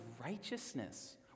righteousness